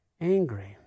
angry